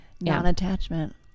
non-attachment